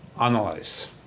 analyze